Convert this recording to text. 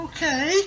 Okay